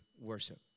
worship